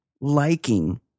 liking